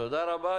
תודה רבה.